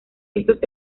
estos